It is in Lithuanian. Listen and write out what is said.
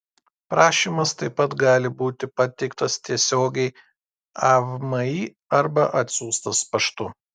prašymas taip pat gali būti pateiktas tiesiogiai avmi arba atsiųstas paštu